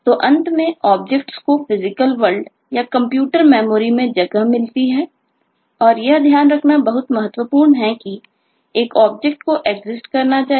तो अंत में ऑब्जेक्ट्स होना चाहिए